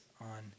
on